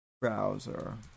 browser